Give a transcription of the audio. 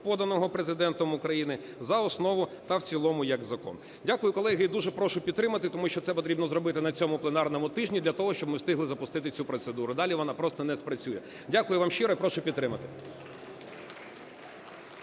поданого Президентом України, за основу та в цілому як закон. Дякую, колеги. І дуже прошу підтримати, тому що це потрібно зробити на цьому пленарному тижні для того, щоб ми встигли запустити цю процедуру. Далі вона просто не спрацює. Дякую вам щиро і прошу підтримати.